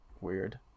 weird